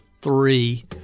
three